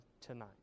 tonight